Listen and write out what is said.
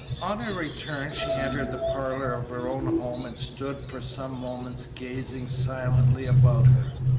on her return she entered the parlor of her own home and stood for some moments gazing silently about her.